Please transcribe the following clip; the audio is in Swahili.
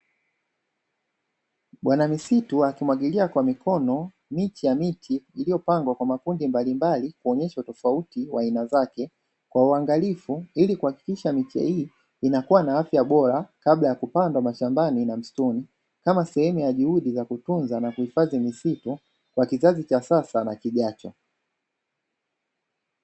Bwanamisitu wakimwagilia kwa mikono miche ya miti iliyopangwa kwa makundi mbalimbali kuonesha utofauti wa aina zake kwa uangalifu, ili kuhakikisha miche hii inakua na afya bora kabla ya kupandwa mashambani na mistuni. Kama sehemu ya juhudi za kutunza na kuhifadhi misitu, kwa kizazi cha sasa na kijacho.